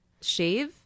shave